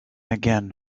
again